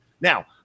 Now